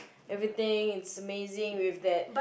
everything is amazing with that